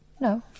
no